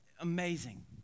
amazing